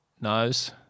nose